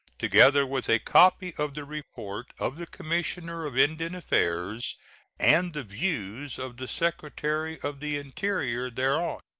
together with a copy of the report of the commissioner of indian affairs and the views of the secretary of the interior thereon.